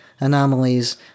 anomalies